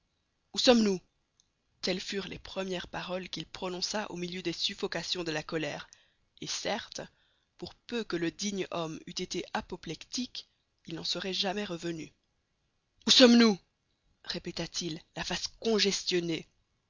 où sommes-nous telles furent les premières paroles qu'il prononça au milieu des suffocations de la colère et certes pour peu que le digne homme eût été apoplectique il n'en serait jamais revenu où sommes-nous répéta-t-il la face congestionnée